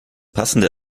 passende